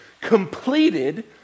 completed